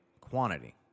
Quantity